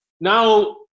now